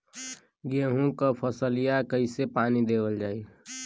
गेहूँक फसलिया कईसे पानी देवल जाई?